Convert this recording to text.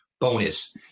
bonus